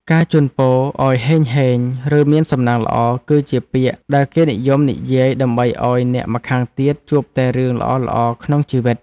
ការជូនពរឱ្យហេងហេងឬមានសំណាងល្អគឺជាពាក្យដែលគេនិយមនិយាយដើម្បីឱ្យអ្នកម្ខាងទៀតជួបតែរឿងល្អៗក្នុងជីវិត។